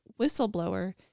whistleblower